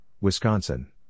Wisconsin